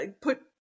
put